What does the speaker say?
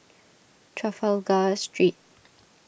Trafalgar Street